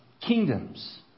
kingdoms